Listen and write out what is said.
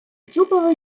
тюпав